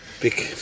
Big